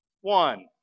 one